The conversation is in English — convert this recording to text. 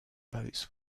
boats